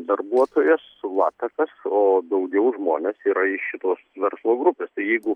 darbuotojas sulatakas o daugiau žmonės yra iš šitos verslo grupėstai jeigu